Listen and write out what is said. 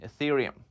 Ethereum